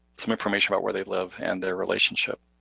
some information about where they live and their relationship.